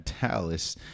Dallas